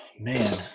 man